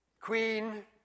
Queen